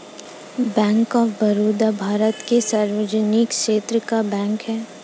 क्या bank of Baroda Bharat का सार्वजनिक क्षेत्र का बैंक है?